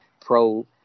Pro